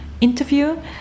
interview